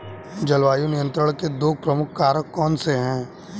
जलवायु नियंत्रण के दो प्रमुख कारक कौन से हैं?